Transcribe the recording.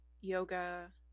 yoga